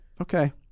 okay